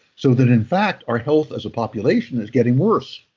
so, that in fact, our health as a population is getting worse.